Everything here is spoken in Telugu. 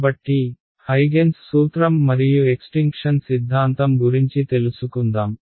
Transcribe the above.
కాబట్టి హైగెన్స్ సూత్రం మరియు ఎక్స్టింక్షన్ సిద్ధాంతం గురించి తెలుసుకుందాం